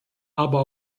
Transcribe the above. aber